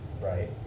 right